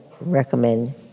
recommend